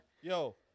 Yo